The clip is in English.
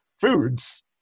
foods